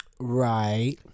Right